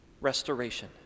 restoration